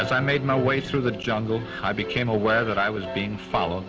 as i made my way through the jungle i became aware that i was being followed